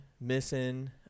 missing